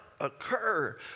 occur